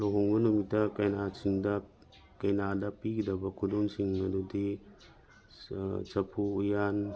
ꯂꯨꯍꯣꯡꯕ ꯅꯨꯃꯤꯠꯇ ꯀꯩꯅꯥ ꯁꯤꯡꯗ ꯀꯩꯅꯥꯗ ꯄꯤꯒꯗꯕ ꯈꯨꯗꯣꯟꯁꯤꯡ ꯑꯗꯨꯗꯤ ꯆꯐꯨ ꯎꯌꯥꯟ